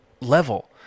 level